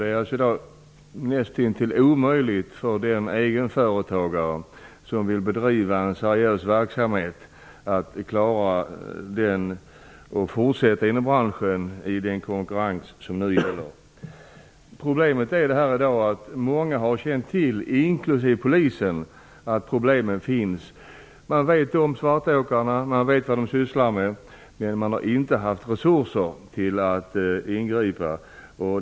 Det är näst intill omöjligt för den egenföretagare som vill bedriva en seriös verksamhet att fortsätta inom branschen med den konkurrens som nu gäller. Många, inkl. polisen, har känt till att problemen finns. Man vet vad svartåkarna sysslar med, men man har inte haft resurser till att ingripa.